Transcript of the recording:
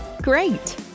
Great